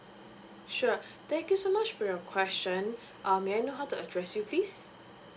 sure thank you so much for your question um may I know how to address you please